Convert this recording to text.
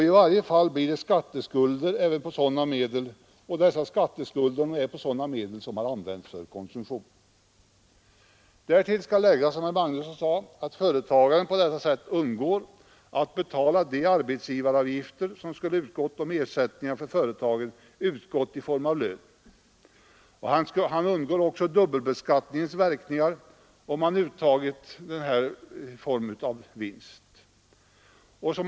I varje fall blir det skatteskulder även på sådana medel som används för konsumtion. Därtill skall läggas, som herr Magnusson i Borås sade, att företagaren på detta sätt undgår att betala de arbetsgivaravgifter som skulle ha utgått, om ersättningen för företagarens insatser utgått i form av lön, eller dubbelbeskattningens verkningar, om medlen uttagits som vinst.